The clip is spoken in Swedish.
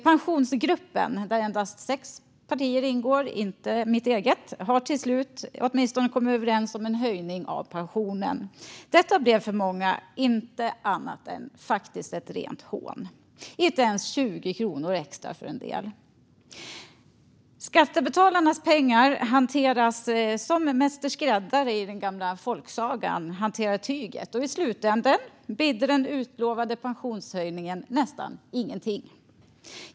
Pensionsgruppen, där endast sex partier ingår och inte mitt eget, har till slut åtminstone kommit överens om en höjning av pensionerna. Detta blev för många faktiskt inget annat än ett rent hån - inte ens 20 kronor extra för en del. Skattebetalarnas pengar hanteras som mäster skräddare i den gamla folksagan hanterar tyget, och i slutänden bidde den utlovade pensionshöjningen nästan ingenting.